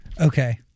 Okay